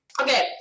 okay